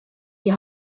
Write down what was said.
die